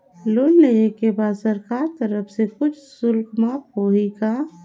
Loan लेहे के बाद सरकार कर तरफ से कुछ शुल्क माफ होही का?